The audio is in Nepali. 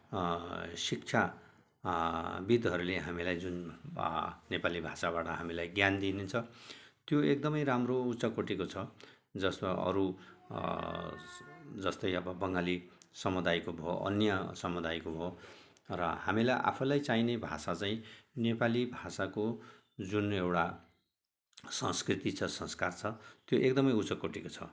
शिक्षा विद्हरूले हामीलाई जुन नेपाली भाषाबाट हामीलाई ज्ञान दिनु हुछ त्यो एकदम राम्रो उच्चकोटिको छ जसमा अरू जस्तै अब बङ्गाली समुदायको भयो अन्य समुदायको भयो र हामीलाई आफूलाई चाहिने भाषा चाहिँ नेपाली भाषाको जुन एउटा संस्कृति छ संस्कार छ त्यो एकदम उच्चकोटिको छ